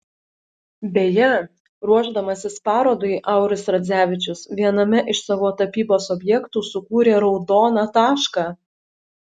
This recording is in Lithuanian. beje ruošdamasis parodai auris radzevičius viename iš savo tapybos objektų sukūrė raudoną tašką